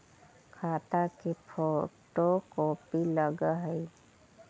खाता के photo copy लगहै?